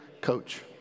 coach